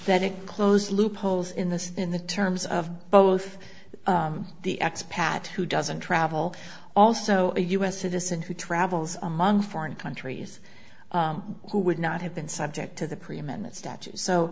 it close loopholes in this in the terms of both the ex pat who doesn't travel also a u s citizen who travels among foreign countries who would not have been subject to the